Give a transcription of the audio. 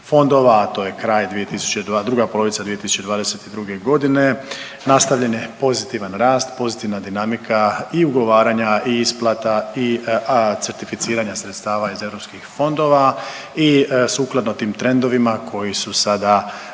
a to je kraj, druga polovica 2022. godine nastavljen je pozitivan rast, pozitivna dinamika i ugovaranja i isplata i certificiranja sredstava iz europskih fondova i sukladno tim trendovima koji su sada